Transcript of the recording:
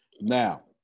Now